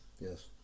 yes